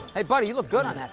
hey, buddy, you look good on that